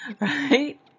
Right